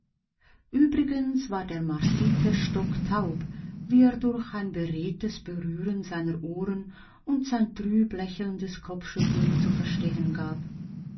übrigens war der marsite stocktaub wie er durch ein beredtes berühren seiner ohren und sein trüblächelndes kopfschütteln zu verstehen gab